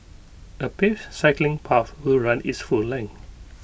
A paved cycling path will run its full length